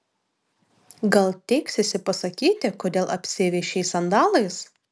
gal teiksiesi pasakyti kodėl apsiavei šiais sandalais